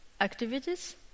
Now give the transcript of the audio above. activities